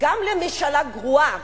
גם לממשלה גרועה,